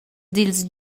dils